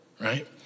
right